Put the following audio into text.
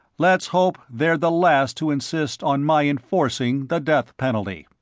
let's hope they're the last to insist on my enforcing the death penalty.